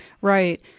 Right